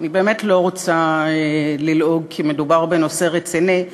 אני באמת לא רוצה ללעוג כי מדובר בנושא רציני,